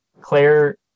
Claire